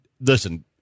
Listen